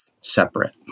separate